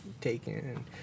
taken